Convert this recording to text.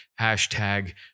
hashtag